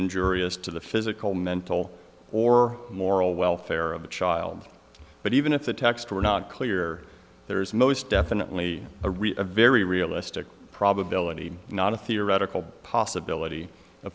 injurious to the physical mental or moral welfare of the child but even if the text were not clear there is most definitely a real a very realistic probability not a theoretical possibility